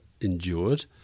endured